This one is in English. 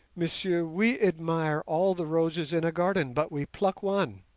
messieurs, we admire all the roses in a garden, but we pluck one.